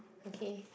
okay